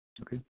Okay